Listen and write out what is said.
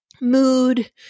mood